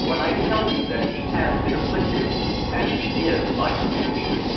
when i tell you that she has been afflicted as she is by her enemies